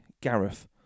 Gareth